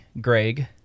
Greg